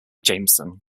jameson